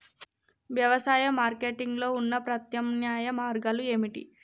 వ్యవసాయ మార్కెటింగ్ లో ఉన్న ప్రత్యామ్నాయ మార్గాలు ఏమిటి?